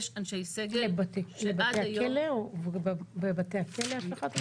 בבתי הכלא השלכת רימונים?